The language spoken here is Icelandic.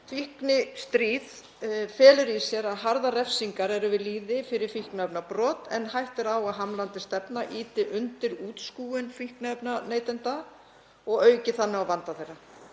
Fíknistríðið felur í sér að harðar refsingar eru við lýði fyrir fíkniefnabrot en hætta er á að hamlandi stefna ýti undir útskúfun fíkniefnaneytenda og auki þannig á vanda þeirra.